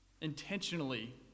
Intentionally